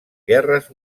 guerres